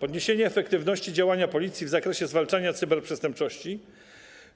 Podniesienie efektywności działania Policji w zakresie zwalczania cyberprzestępczości